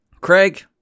Craig